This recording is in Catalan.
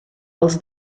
els